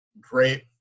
great